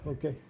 Okay